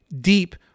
deep